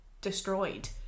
destroyed